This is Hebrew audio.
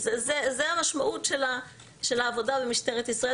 זו המשמעות של העבודה במשטרת ישראל,